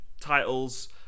titles